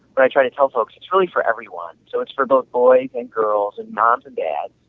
but i try to tell folks it's really for everyone, so it's for both boys and girls and moms and dads,